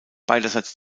beiderseits